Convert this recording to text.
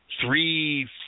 three